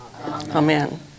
Amen